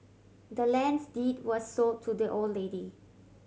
the land's deed was sold to the old lady